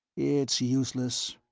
it's useless.